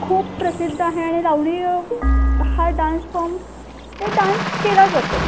खूप प्रसिद्ध आहे आणि लावणी हा डांस फॉर्म ते डांस केला जातो